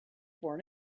born